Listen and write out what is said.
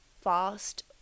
fast